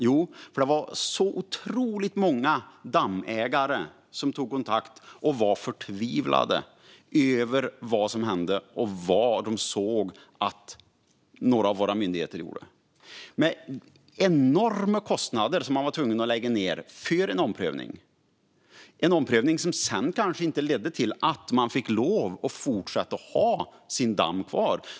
Jo, det var så otroligt många dammägare som tog kontakt och var förtvivlade över vad som hände och vad de såg att några av våra myndigheter gjorde. Det var enorma kostnader man var tvungen att lägga ned för en omprövning - en omprövning som sedan kanske inte ledde till att man fick lov att fortsätta att ha sin damm.